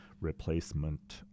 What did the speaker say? replacement